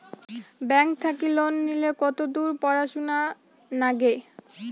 Bank থাকি loan নিলে কতদূর পড়াশুনা নাগে?